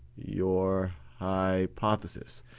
your hypothesis.